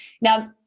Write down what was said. Now